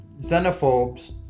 xenophobes